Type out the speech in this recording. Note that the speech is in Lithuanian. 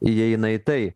įeina į tai